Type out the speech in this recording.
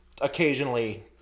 Occasionally